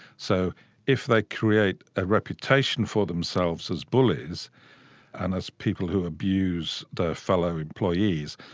so if they create a reputation for themselves as bullies and as people who abuse their fellow employees,